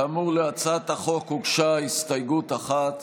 כאמור, להצעת החוק הוגשה הסתייגות אחת,